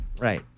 Right